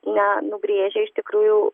na nubrėžė iš tikrųjų